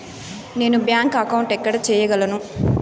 నేను bank account ఎక్కడ సేయగలను